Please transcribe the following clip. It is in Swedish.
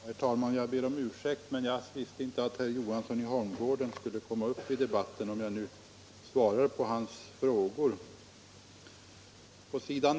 Herr talman! Jag ber om ursäkt, om jag nu svarar på herr Johanssons i Holmgården frågor, men jag visste inte att han skulle komma upp i debatten.